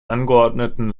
angeordneten